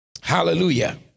hallelujah